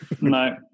no